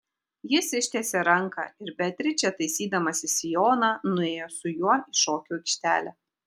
jis ištiesė ranką ir beatričė taisydamasi sijoną nuėjo su juo į šokių aikštelę